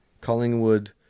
Collingwood